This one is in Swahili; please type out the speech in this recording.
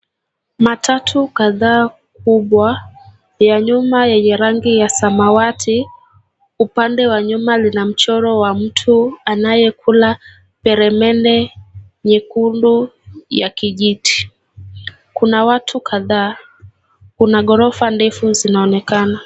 Matatu kadhaa kubwa, la nyuma enye rangi ya samawati. Upande wa nyuma lina mchoro wa mtu anayekula peremende nyekundu ya kijiti. Kuna watu kadhaa, kuna ghorofa ndefu zinaonekana.